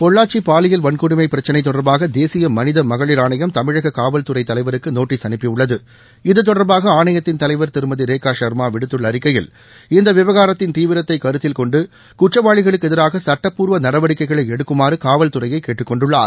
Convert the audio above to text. பொள்ளாச்சி பாலியல் வன்கொடுமை பிரச்சினை தொடர்பாக தேசிய மனித மகளிர் ஆணையம் தமிழக காவல்துறை தலைவருக்கு நோட்டீஸ் அப்பியுள்ளது இத்தொடர்பாக ஆணையத்தின் தலைவர் திருமதி ரேகா சர்மா விடுத்துள்ள அறிக்கையில் இந்த விவகாரத்தின் தீவிரத்தை கருத்தில் கொண்டு குற்றவாளிகளுக்கு எதிராக சுட்டப்பூர்வ நடவடிக்கைகளை எடுக்குமாறு காவல்துறையை கேட்டுக் கொண்டுள்ளார்